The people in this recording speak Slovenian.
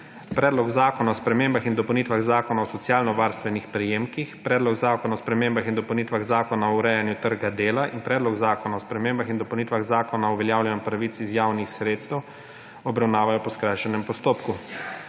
Predlog zakona o spremembah in dopolnitvah Zakona o socialno varstvenih prejemkih, Predlog zakona o spremembah in dopolnitvah Zakona o urejanju trga dela in Predlog zakona o spremembah in dopolnitvah Zakona o uveljavljanju pravic iz javnih sredstev obravnavajo po skrajšanem postopku.